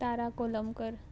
Tara Kolamkar